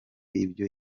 ibyo